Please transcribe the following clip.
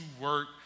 work